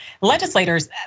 legislators